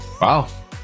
wow